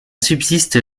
subsiste